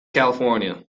california